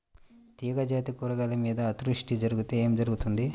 తీగజాతి కూరగాయల మీద అతివృష్టి జరిగితే ఏమి జరుగుతుంది?